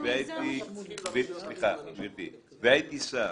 הייתי שר.